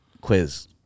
Quiz